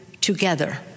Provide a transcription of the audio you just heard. together